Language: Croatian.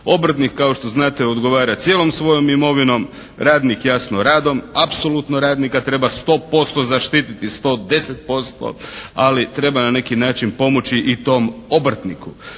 Obrtnik kao što znate odgovara cijelom svojom imovinom, radnik jasno radom. Apsolutno radnika treba 100% zaštititi, 110%, ali treba na neki način pomoći i tom obrtniku.